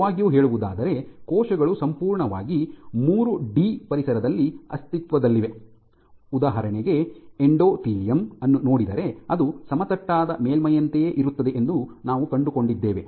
ನಿಜವಾಗಿಯೂ ಹೇಳುವುದಾದರೆ ಕೋಶಗಳು ಸಂಪೂರ್ಣವಾಗಿ ಮೂರು ಡಿ ಪರಿಸರದಲ್ಲಿ ಅಸ್ತಿತ್ವದಲ್ಲಿವೆ ಉದಾಹರಣೆಗೆ ಎಂಡೋಥೀಲಿಯಂ ಅನ್ನು ನೋಡಿದರೆ ಅದು ಸಮತಟ್ಟಾದ ಮೇಲ್ಮೈಯಂತೆಯೇ ಇರುತ್ತದೆ ಎಂದು ನಾವು ಕಂಡುಕೊಂಡಿದ್ದೇವೆ